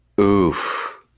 oof